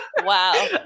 wow